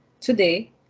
Today